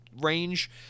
range